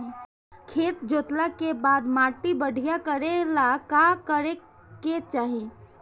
खेत जोतला के बाद माटी बढ़िया कइला ला का करे के चाही?